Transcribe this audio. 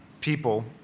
people